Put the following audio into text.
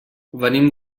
venim